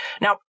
Now